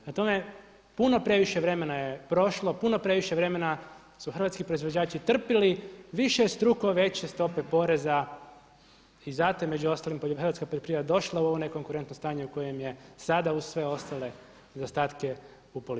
Prema tome, puno previše vremena je prošlo, puno previše vremena su hrvatski proizvođači trpili višestruko veće stope poreza i zato je među ostalim hrvatska poljoprivreda došla u ovo nekonkurentno stanje u kojem je sada uz sve ostale zaostatke u